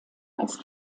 als